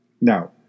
Now